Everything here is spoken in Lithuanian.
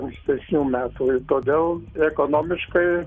ankstesnių metų todėl ekonomiškai